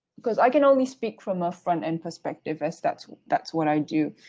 because i can only speak from a front-end perspective, as that's that's what i do.